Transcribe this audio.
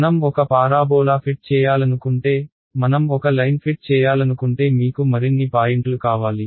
మనం ఒక parabola fit చేయాలనుకుంటే మనం ఒక లైన్ ఫిట్ చేయాలనుకుంటే మీకు మరిన్ని పాయింట్లు కావాలి